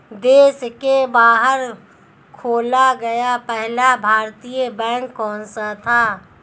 देश के बाहर खोला गया पहला भारतीय बैंक कौन सा था?